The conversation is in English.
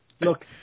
Look